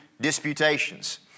disputations